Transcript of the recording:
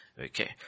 Okay